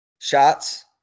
Shots